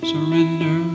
Surrender